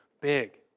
big